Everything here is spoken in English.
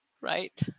Right